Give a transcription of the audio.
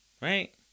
Right